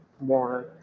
more